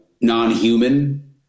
non-human